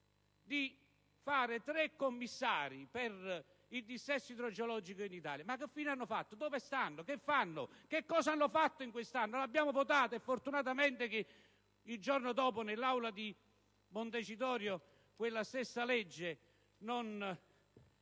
istituire tre commissari per il dissesto idrogeologico in Italia. Che fine hanno fatto? Che fanno? Cosa hanno fatto in questo anno? L'abbiamo votato. Fortunatamente il giorno dopo nell'Aula di Montecitorio quella stessa legge non